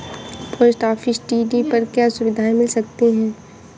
Post office T D पर क्या सुविधाएँ मिल सकती है?